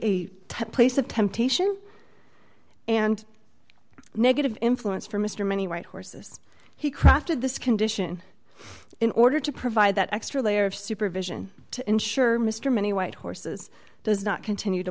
a place of temptation and negative influence for mr many white horses he crafted this condition in order to provide that extra layer of supervision to ensure mr many white horses does not continue to